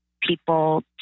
people